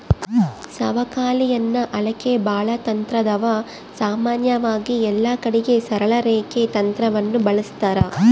ಸವಕಳಿಯನ್ನ ಅಳೆಕ ಬಾಳ ತಂತ್ರಾದವ, ಸಾಮಾನ್ಯವಾಗಿ ಎಲ್ಲಕಡಿಗೆ ಸರಳ ರೇಖೆ ತಂತ್ರವನ್ನ ಬಳಸ್ತಾರ